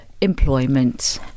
employment